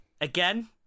again